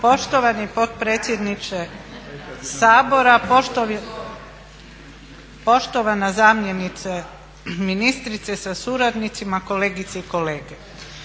Poštovani potpredsjedniče Sabora, poštovana zamjenice ministrice sa suradnicima, kolegice i kolege.